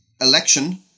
election